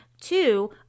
Two